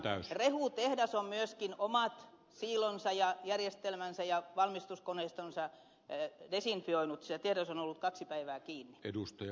rehutehdas on myöskin omat siilonsa ja järjestelmänsä ja valmistuskoneistonsa desinfioinut sillä tehdas on ollut kaksi päivää kiinni